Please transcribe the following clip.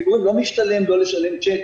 לא משתלם לא לשלם צ'ק